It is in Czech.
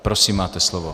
Prosím, máte slovo.